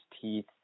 teeth